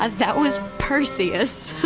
ah that was perseus.